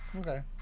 okay